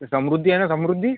ते समृद्धी आहे नं समृद्धी